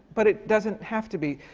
but it doesn't have to be.